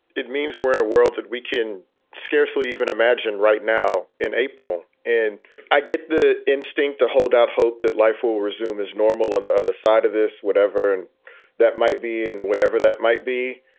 it means we're in a world that we can scarcely even imagine right now in april. and i get the instinct to hold out hope that life will resume as normal on the other side of this, whatever. and that might be and whenever that might be.